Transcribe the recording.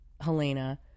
Helena